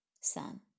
sun